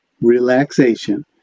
relaxation